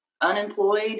unemployed